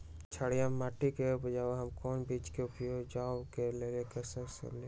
क्षारिये माटी के उपयोग हम कोन बीज के उपजाबे के लेल कर सकली ह?